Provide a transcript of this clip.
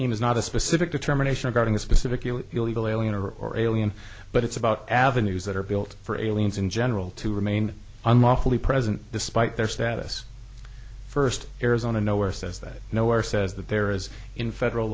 scheme is not a specific determination regarding a specific you illegal alien or or alien but it's about avenues that are built for aliens in general to remain unlawfully present despite their status first arizona nowhere says that nowhere says that there is in federal